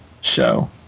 show